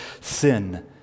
sin